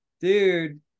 dude